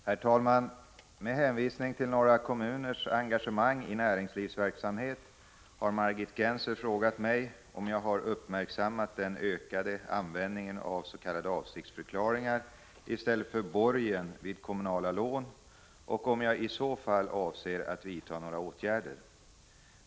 Herr talman! Med hänvisning till några kommuners engagemang i näringslivsverksamhet har Margit Gennser frågat mig om jag har uppmärksammat den ökande användningen av ”avsiktsförklaringar” i stället för borgen vid kommunala lån och om jag i så fall avser att vidta några åtgärder.